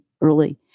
early